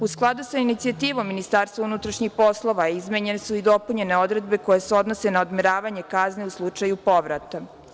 U skladu sa inicijativom Ministarstva unutrašnjih poslova, izmenjene su i dopunjene odredbe koje se odnose na odmeravanje kazne u slučaju povrata.